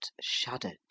shuddered